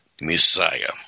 Messiah